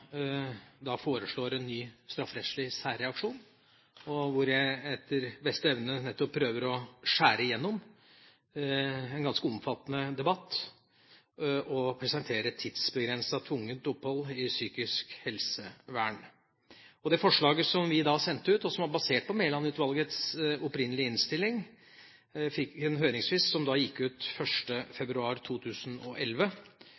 da man foreslo en ny strafferettslig særreaksjon og jeg etter beste evne nettopp prøvde å skjære igjennom en ganske omfattende debatt og presentere «tidsbegrenset tvungent opphold i psykisk helsevern». Det forslaget som vi da sendte ut, og som var basert på Mæland-utvalgets opprinnelige innstilling, fikk en høringsfrist som gikk ut